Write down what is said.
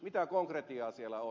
mitä konkretiaa siellä on